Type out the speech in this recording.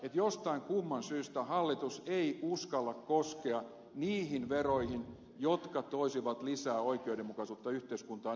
jostain kumman syystä hallitus ei uskalla koskea niihin veroihin jotka toisivat lisää oikeudenmukaisuutta yhteiskuntaan niin kuin pääomaveron nosto toisi